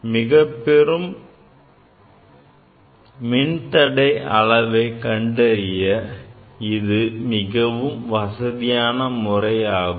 மிகப்பெரும் மின்தடை அளவைக் கண்டறிய இது மிக வசதியான முறையாகும்